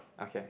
okay